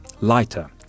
lighter